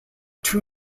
two